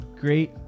great